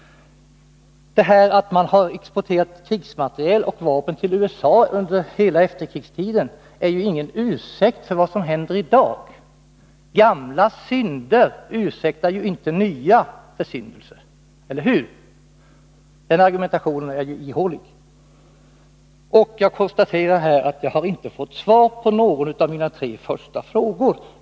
Att man exporterat krigsmateriel och vapen till USA under hela efterkrigstiden är ju ingen ursäkt för vad som händer i dag. Gamla synder ursäktar ju inte nya försyndelser. Eller hur? Den argumentationen är ihålig. Jag konstaterar här att jag inte fått svar på någon av mina tre första frågor.